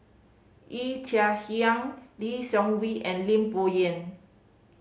Yee Chia Hsing Lee Seng Wee and Lim Bo Yam